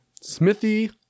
Smithy